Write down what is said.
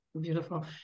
Beautiful